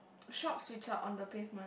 shops which are on the pavement